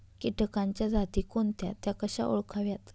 किटकांच्या जाती कोणत्या? त्या कशा ओळखाव्यात?